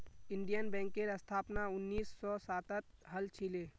Indian बैंकेर स्थापना उन्नीस सौ सातत हल छिले